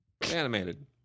Animated